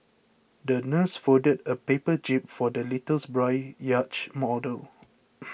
the nurse folded a paper jib for the little boy's yacht model